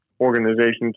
organizations